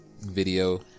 video